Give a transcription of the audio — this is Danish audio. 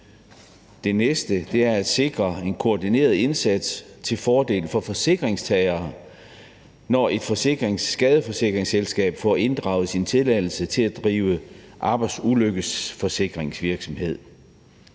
er det at sikre en koordineret indsats til fordel for forsikringstagere, når et skadesforsikringsselskab får inddraget sin tilladelse til at drive arbejdsulykkesforsikringsvirksomhed.